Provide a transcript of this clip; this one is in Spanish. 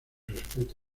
respeto